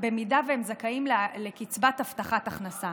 אם הם זכאים לקצבת הבטחת הכנסה.